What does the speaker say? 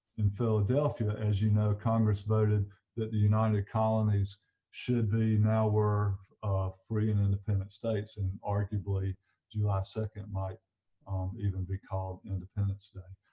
in philadelphia as you know congress voted that the united colonies should be now were free and independent states and arguably july second might even be called independence day.